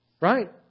Right